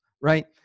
right